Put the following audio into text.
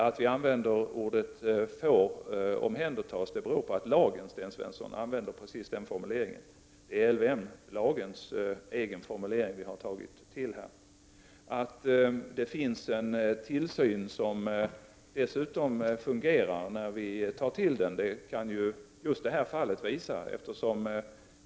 Att jag använder ordet ”får” i fråga om omhändertagande av alkohol beror på att lagen använder precis det uttryckssättet — det är LVM-lagens egen formulering. Att det finns en tillsyn som fungerar när vi tar till den kan just detta fall visa.